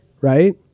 Right